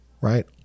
right